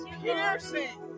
piercing